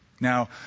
Now